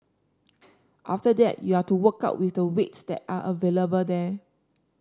after that you're to work out with the weights that are available there